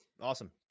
Awesome